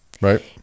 Right